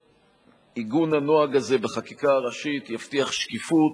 עיגון הנוהג הזה בחקיקה ראשית יבטיח שקיפות.